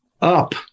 up